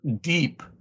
deep